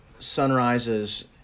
sunrises